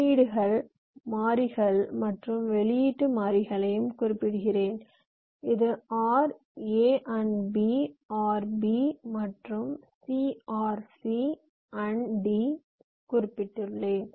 உள்ளீட்டு மாறிகள் மற்றும் வெளியீட்டு மாறிகளையும் குறிப்பிடுகிறேன் இது OR a AND b OR b AND c OR c AND d குறிப்பிட்டுள்ளேன்